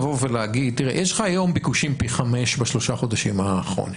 יש לך היום ביקושים פי חמישה בשלושה חודשים האחרונים,